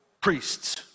priests